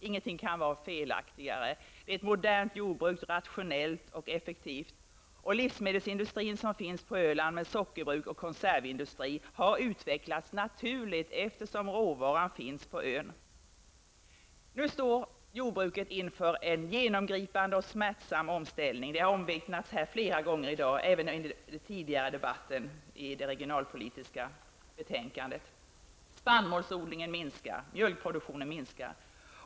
Ingenting kan vara felaktigare. Det är fråga om ett modernt, rationellt och effektivt jordbruk, och livsmedelsindustrin på Öland med sockerbruk och konservindustri har utvecklats naturligt, eftersom råvaran finns på ön. Nu står jordbruket inför en genomgripande och smärtsam omställning. Det har omvittnats här flera gånger i dag, även i den tidigare debatten om det regionalpolitiska betänkandet. Spannmålsodlingen minskar och mjölkproduktionen minskar.